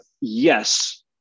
yes